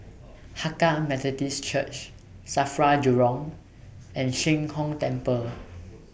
Hakka Methodist Church SAFRA Jurong and Sheng Hong Temple